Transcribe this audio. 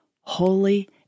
holy